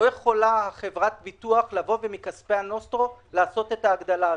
לא יכולה חברת ביטוח לבוא ומכספי הנוסטרו לעשות את ההגדלה הזאת.